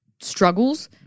struggles